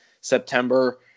September